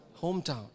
hometown